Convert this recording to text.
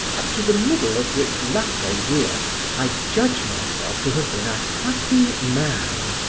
up to the middle of which latter year i judge myself to have been a happy man,